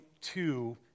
two